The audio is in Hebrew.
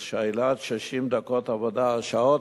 אז שאלת, 60 דקות עבודה: שעות